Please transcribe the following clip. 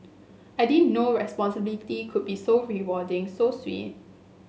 I didn't know responsibility could be so rewarding so sweet